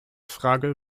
frage